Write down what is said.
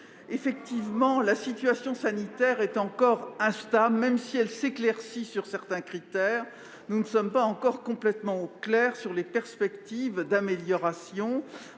richesse. La situation sanitaire est encore instable. Même si elle s'éclaircit relativement à certains critères, nous ne sommes pas encore complètement au clair sur les perspectives d'amélioration